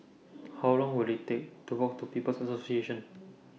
How Long Will IT Take to Walk to People's Association